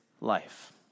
life